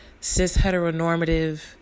cis-heteronormative